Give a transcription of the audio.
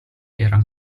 eran